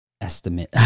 Estimate